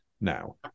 now